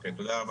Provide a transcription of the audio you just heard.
תודה.